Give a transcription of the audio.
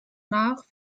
nach